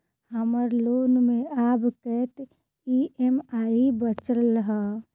हम्मर लोन मे आब कैत ई.एम.आई बचल ह?